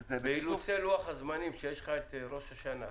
באילוצי לוח הזמנים כשיש לך את ראש השנה,